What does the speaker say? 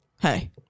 Hey